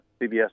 CBS